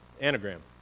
anagram